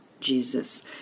Jesus